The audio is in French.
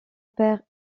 père